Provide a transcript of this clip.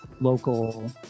local